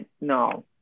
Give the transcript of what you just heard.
no